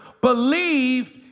believed